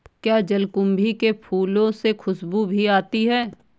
क्या जलकुंभी के फूलों से खुशबू भी आती है